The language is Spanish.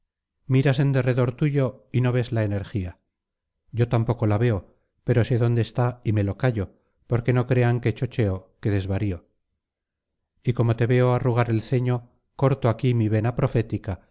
miras en derredor tuyo y no ves la energía yo tampoco la veo pero sé dónde está y me lo callo porque no crean que chocheo que desvarío y como te veo arrugar el ceño corto aquí mi vena profética